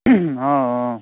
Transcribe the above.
অঁ অঁ